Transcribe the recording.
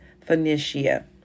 Phoenicia